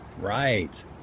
Right